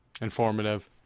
informative